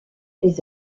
les